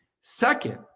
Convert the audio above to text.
Second